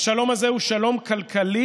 השלום הזה הוא שלום כלכלי,